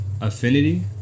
affinity